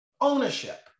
Ownership